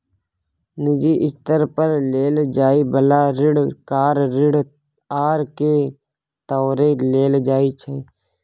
निजी स्तर पर लेल जाइ बला ऋण कार ऋण आर के तौरे लेल जाइ छै